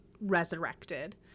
resurrected